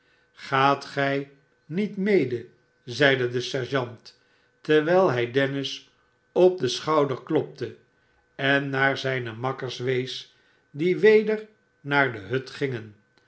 gaat gij niet mede zeide de sergeant terwijl hij dennis op den schouder klopte en naar zijne makkers wees die weder naar de hut gingen